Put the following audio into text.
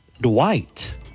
Dwight